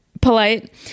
polite